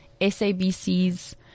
SABC's